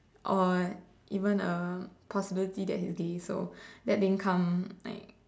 or even a possibility that he's gay so that didn't come like